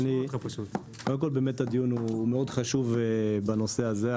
קודם כל, באמת הדיון מאוד חשוב בנושא הזה.